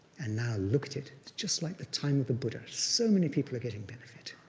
and now look at it. it's just like the time of the buddha. so many people are getting benefit.